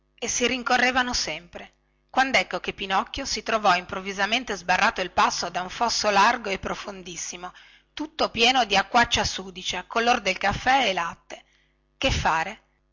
e si rincorrevano sempre quandecco che pinocchio si trovò sbarrato il passo da un fosso largo e profondissimo tutto pieno di acquaccia sudicia color del caffè e latte che fare